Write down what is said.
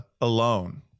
alone